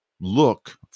look